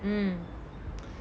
mm